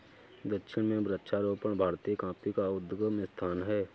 दक्षिण में वृक्षारोपण भारतीय कॉफी का उद्गम स्थल है